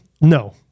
no